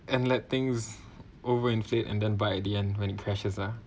and let things over inflate and then buy at the end when impresses lah